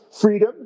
freedom